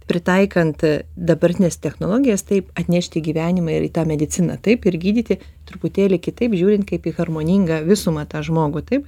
pritaikant dabartines technologijas taip atnešt į gyvenimą ir į tą mediciną taip ir gydyti truputėlį kitaip žiūrint kaip į harmoningą visumą tą žmogų taip